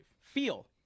Feel